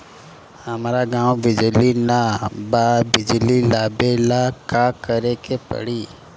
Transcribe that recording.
हमरा गॉव बिजली न बा बिजली लाबे ला का करे के पड़ी?